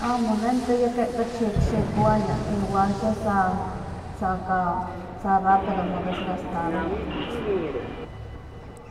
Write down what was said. amo ne ntaya ke kachi okixikowaya, iwa axa sa ka sa rapido modesgastarowa.